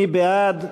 מי בעד?